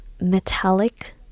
metallic